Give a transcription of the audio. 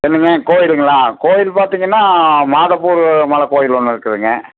என்னங்க கோயிலுங்களா கோயில் பார்த்தீங்கன்னா மாதப்பூர் மலை கோயில் ஒன்று இருக்குதுங்க